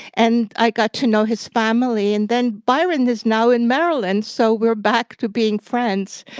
and i got to know his family, and then byron is now in maryland, so we're back to being friends.